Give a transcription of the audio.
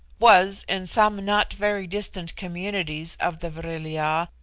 was, in some not very distant communities of the vril-ya,